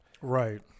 Right